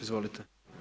Izvolite.